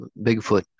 Bigfoot